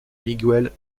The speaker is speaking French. miguel